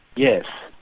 yes.